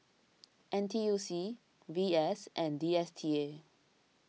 N T U C V S and D S T A